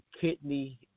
kidney